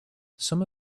some